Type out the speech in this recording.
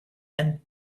and